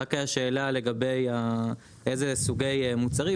רק השאלה לגבי איזה סוגי מוצרים,